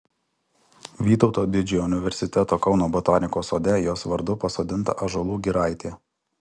vytauto didžiojo universiteto kauno botanikos sode jos vardu pasodinta ąžuolų giraitė